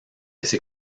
ses